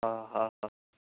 હં હં